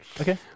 Okay